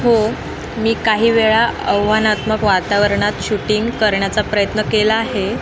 हो मी काही वेळा आव्हानात्मक वातावरणात शूटिंग करण्याचा प्रयत्न केला आहे